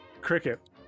Cricket